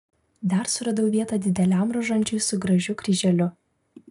dar suradau vietą dideliam rožančiui su gražiu kryželiu